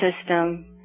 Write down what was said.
system